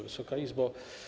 Wysoka Izbo!